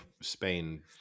spain